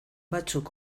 batzuk